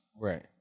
Right